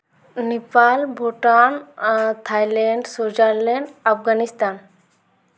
Nepal Bhutan Thailand Switzerland Afghanistan